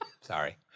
Sorry